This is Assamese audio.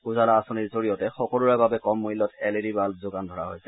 উজালা আঁচনিৰ জৰিয়তে সকলোৰে বাবে কম মূল্যত এল ই ডি বাঘ যোগান ধৰা হৈছে